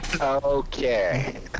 Okay